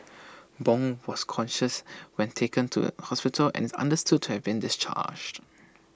Bong was conscious when taken to hospital and understood to have been discharged